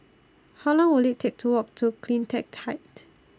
How Long Will IT Take to Walk to CleanTech Height